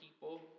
people